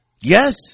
Yes